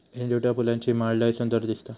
झेंडूच्या फुलांची माळ लय सुंदर दिसता